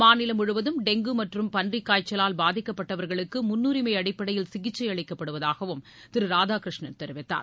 மாநிலம் முழுவதும் டெங்கு மற்றும் பன்றிக் காய்ச்சலால் பாதிக்கப்பட்டவர்களுக்கு முன்னுரிமை அடிப்படையில் சிகிச்சை அளிக்கப்படுவதாகவும் திரு ராதாகிருஷ்ணன் தெரிவித்தார்